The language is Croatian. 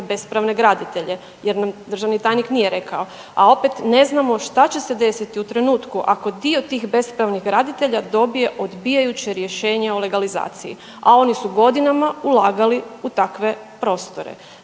bespravne graditelje jer nam državni tajnik nije rekao, a opet ne znamo šta će se desiti u trenutku ako dio tih bespravnih graditelja dobije odbijajuće rješenje o legalizaciji, a oni su godinama ulagali u takve prostore.